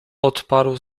odparł